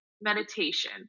meditation